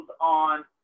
on